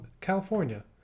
California